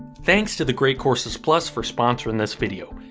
thanks to the great courses plus for sponsoring this video.